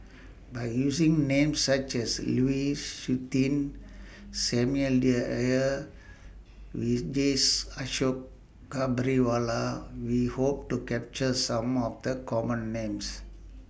By using Names such as Lu Suitin Samuel Dyer Vijesh Ashok Ghariwala We Hope to capture Some of The Common Names